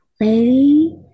lady